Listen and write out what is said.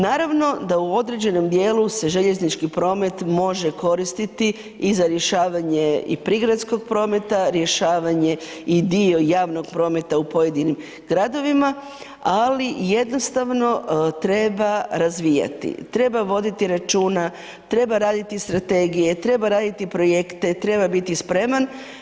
Naravno da u određenom dijelu se željeznički promet može koristiti i za rješavanje prigradskog prometa, rješavanje i dio javnog prometa u pojedinim gradovima, ali jednostavno treba razvijati, treba voditi računa, treba raditi strategije, treba raditi projekte, treba biti spreman.